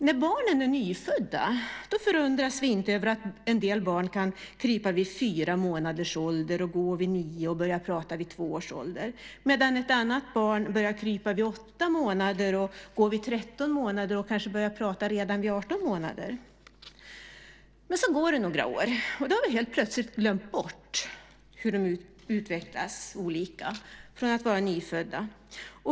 När barnen är nyfödda förundras vi inte över att en del barn kan krypa vid fyra månaders ålder, går vid nio månaders ålder och börjar prata vid två års ålder medan ett annat barn börjar krypa vid åtta månaders ålder, går vid tretton månaders ålder och kanske pratar redan vid arton månaders ålder. Men så går det några år, och då har vi helt plötsligt glömt bort att de utvecklas olika från att vara nyfödda.